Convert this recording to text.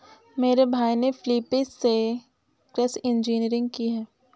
मेरे भाई ने फिलीपींस से कृषि इंजीनियरिंग की है